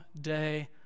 day